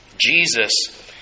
Jesus